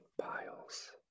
piles